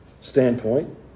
standpoint